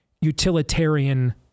utilitarian